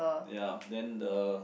ya then the